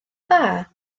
dda